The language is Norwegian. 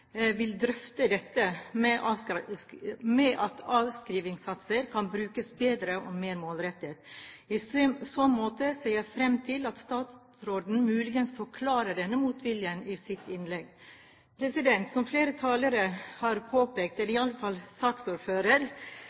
vil drøfte at avskrivningssatser kan brukes bedre og mer målrettet. I så måte ser jeg fram til at statsråden muligens forklarer denne motviljen i sitt innlegg. Som flere talere har påpekt, iallfall Kenneth Svendsen, har Norge lavere avskrivningssatser enn andre land på flere områder. Det